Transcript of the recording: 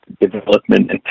development